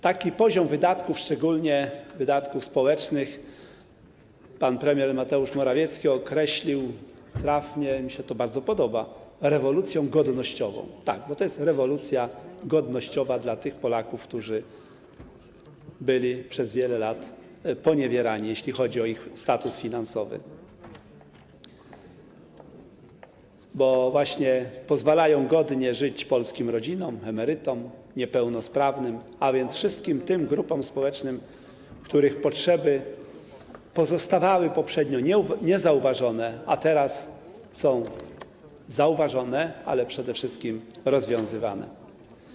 Taki poziom wydatków, szczególnie wydatków społecznych, pan premier Mateusz Morawiecki nazwał trafnie - mi się to bardzo podoba - rewolucją godnościową, bo to jest rewolucja godnościowa dla tych Polaków, którzy byli przez wiele lat poniewierani, jeśli chodzi o ich status finansowy, bo właśnie pozwala godnie żyć polskim rodzinom, emerytom, niepełnosprawnym, a więc wszystkim tym grupom społecznym, których potrzeby pozostawały poprzednio niezauważone, a teraz są zauważone, ale przede wszystkim zaspokajane.